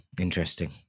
Interesting